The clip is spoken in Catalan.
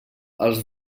els